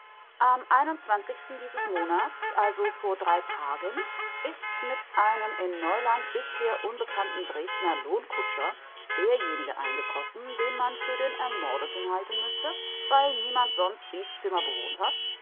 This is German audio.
am einundzwanzigsten dieses monats also vor drei tagen ist mit einem in neuland bisher unbekannten dresdner lohnkutscher derjenige eingetroffen den man für den ermordeten halten müßte weil niemand sonst dieß zimmer bewohnt hat